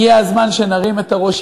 הגיע הזמן שנרים את הראש.